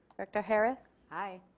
director harris aye.